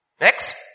Next